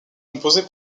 composée